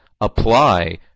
apply